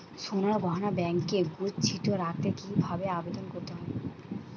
সোনার গহনা ব্যাংকে গচ্ছিত রাখতে কি ভাবে আবেদন করতে হয়?